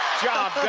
job,